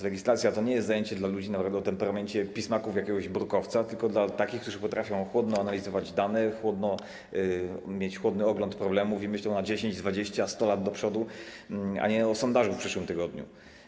Legislacja to nie jest zajęcie dla ludzi o temperamencie pismaków jakiegoś brukowca, tylko dla takich, którzy potrafią chłodno analizować dane, mieć chłodny ogląd problemów i myślą na 10, 20, 100 lat do przodu, a nie o sondażu w przyszłym tygodniu.